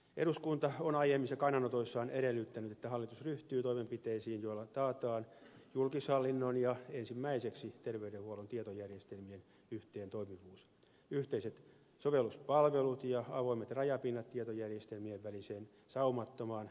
eduskunta on aiemmissa kannanotoissaan edellyttänyt että hallitus ryhtyy toimenpiteisiin joilla taataan julkishallinnon ja ensimmäiseksi terveydenhuollon tietojärjestelmien yhteentoimivuus yhteiset sovelluspalvelut ja avoimet rajapinnat tietojärjestelmien väliseen saumattomaan tietojen vaihtoon